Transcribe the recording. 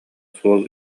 суол